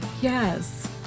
yes